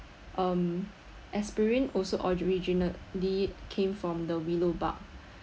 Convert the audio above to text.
um aspirin also originally came from the willow bark